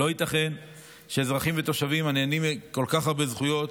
לא ייתכן שאזרחים ותושבים הנהנים מכל כך הרבה זכויות